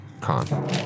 con